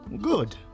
Good